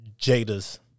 Jada's